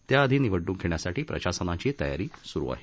त्यापूर्वी निवडणूक घेण्यासाठी प्रशासनाची तयारी सुरू आहे